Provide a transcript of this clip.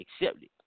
accepted